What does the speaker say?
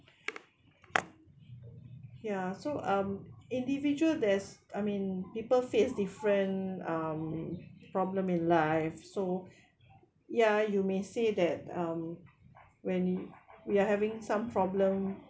ya so um individual there's I mean people face different um problem in life so ya you may say that um when we are having some problem